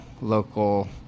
local